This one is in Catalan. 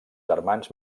germans